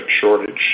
shortage